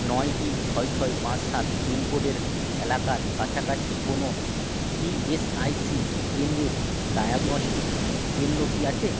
নয় তিন ছয় ছয় পাঁচ সাত পিনকোডের এলাকার কাছাকাছি কোনো ইএসআইসি কেন্দ্রের ডায়াগনস্টিক কেন্দ্র কি আছে